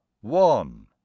One